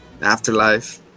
afterlife